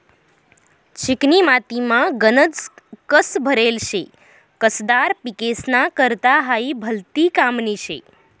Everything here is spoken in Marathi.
चिकनी मातीमा गनज कस भरेल शे, कसदार पिकेस्ना करता हायी भलती कामनी शे